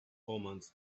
omens